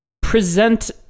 present